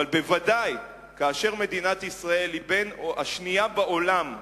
אבל בוודאי כאשר מדינת ישראל היא השנייה בעולם,